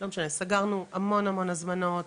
סגרנו המון הזמנות,